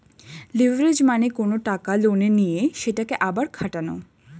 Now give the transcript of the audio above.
leverage মানে কোনো টাকা লোনে নিয়ে সেটাকে আবার খাটানো